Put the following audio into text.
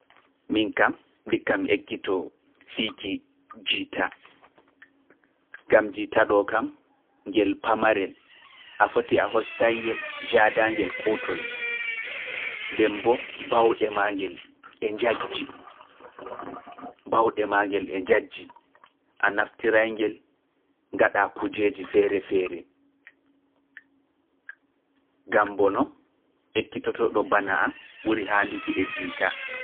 Min kam, ndikka mi ekkitoo fiki jiita. Gam jiita ɗo kam, ngel pamarel, a foti a hossay ngel jaadaa ngel kutoye, nden mbo bawɗe maa ngel e njajji, bawɗe maa ngel e njajji, a naftiraa ngel, ngaɗaa kujeeji feere feere. Gam bono ekkitoto ɗo bana an ɓuri haanduki e jiita.